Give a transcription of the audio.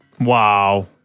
Wow